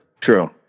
true